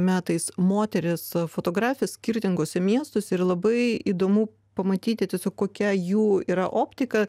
metais moterys fotografės skirtinguose miestuose ir labai įdomu pamatyti tiesiog kokia jų yra optika